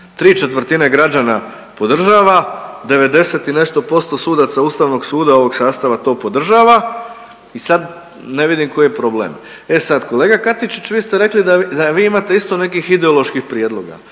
pitanju. 3/4 građana podržava, 90 i nešto posto sudaca Ustavnog suda ovog sastava to podržava i sada ne vidim koji je problem. E sada kolega Katičić vi ste rekli da vi imate isto nekih ideoloških prijedloga.